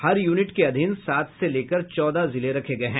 हर unit के अधीन सात से लेकर चौदह जिले रखे गये हैं